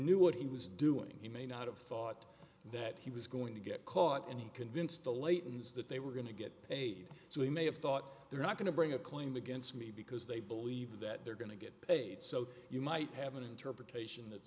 knew what he was doing he may not have thought that he was going to get caught and he convinced the leighton's that they were going to get paid so he may have thought they're not going to bring a claim against me because they believe that they're going to get paid so you might have an interpretation that